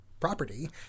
property